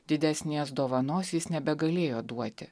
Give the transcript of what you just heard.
didesnės dovanos jis nebegalėjo duoti